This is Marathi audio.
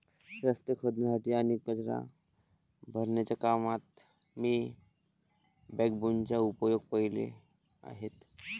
रस्ते खोदण्यासाठी आणि कचरा भरण्याच्या कामात मी बॅकबोनचा उपयोग पाहिले आहेत